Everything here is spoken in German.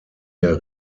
der